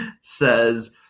says